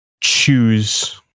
choose